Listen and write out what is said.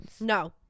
No